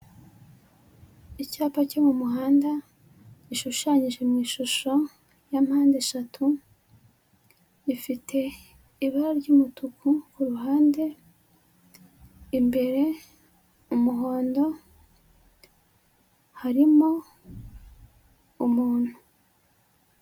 Icyapa cyo mu muhanda gishushanyije mu ishusho ya mpandeshatu, ifite ibara ry'umutuku ku ruhande imbere umuhondo harimo umuntu.